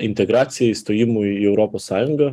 integracijai stojimui į europos sąjungą